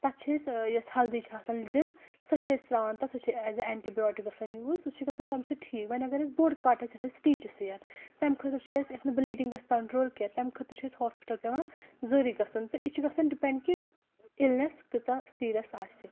تَتھ چھِ أسۍ ٲں یۄس ہلدی چھِ آسان لِدٕر سۄ چھِ أسۍ تراوان تَتھ سۄ چھِ ایز اےٚ ایٚنٹہِ بیاٹِک گژھان یوٗز سُہ چھِ گژھان تَمہِ سۭتۍ ٹھیٖک وۄنۍ اَگر أسۍ بوٚڑ کَٹ آسہِ یَتھ أسۍ سِٹچٕس یییَن تَمہِ خٲطرٕ چھِ اسہِ یَتھ نہٕ بٕلیٖڈِنگ گژھہِ کَنٹرٛوٗل کیٚنٛہہ تَمہِ خٲطرٕ چھِ اسہِ ہاسپِٹل پیٚوان ضروٗری گژھُن تہٕ یہِ چھُ گژھان ڈِپیٚنٛڈ کہِ اِلنیٚس کۭژاہ سیٖریَس آسہِ